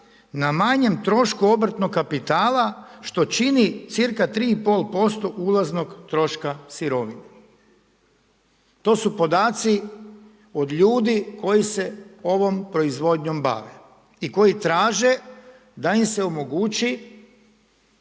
na manjem trošku obrtnog kapitala, što čini cca 3,5% ulaznog troška sirovine. To su podaci od ljudi koji se ovom proizvodnjom bave i koji traže da im se omogući